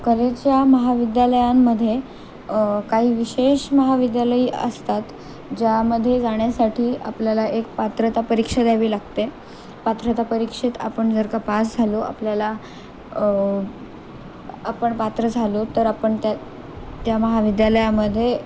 कलेच्या महाविद्यालयांमध्ये काही विशेष महाविद्यालयही असतात ज्यामध्ये जाण्यासाठी आपल्याला एक पात्रता परीक्षा द्यावी लागते पात्रता परीक्षेत आपण जर का पास झालो आपल्याला आपण पात्र झालो तर आपण त्या त्या महाविद्यालयामध्ये